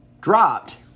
dropped